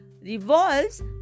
revolves